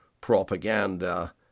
propaganda